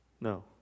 No